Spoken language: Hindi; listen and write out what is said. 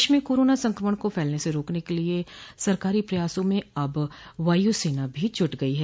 देश में कोरोना संक्रमण को फैलने से रोकने के सरकारी प्रयासों में अब वायुसेना भी जुट गई है